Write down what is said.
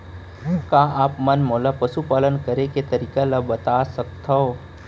का आप मन मोला पशुपालन करे के तरीका ल बता सकथव?